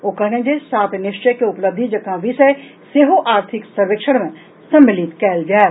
ओ कहलनि जे सात निश्चय के उपलब्धि जकॉ विषय सेहो आर्थिक सर्वेक्षण मे सम्मिलित कयल जायत